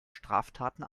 straftaten